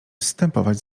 zstępować